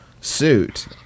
suit